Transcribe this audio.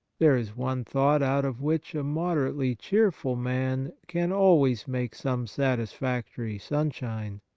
there is one thought out of which a moderately cheerful man can always make some satisfactory sunshine,